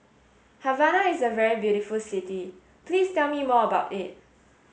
Havana is a very beautiful city please tell me more about it